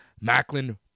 Macklin